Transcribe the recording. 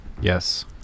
Yes